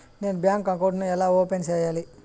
నేను bank account ను ఎలా ఓపెన్ సేయాలి?